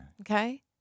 Okay